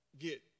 get